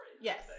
yes